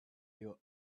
you